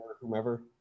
Whomever